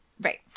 Right